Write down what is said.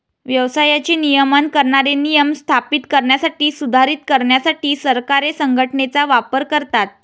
व्यवसायाचे नियमन करणारे नियम स्थापित करण्यासाठी, सुधारित करण्यासाठी सरकारे संघटनेचा वापर करतात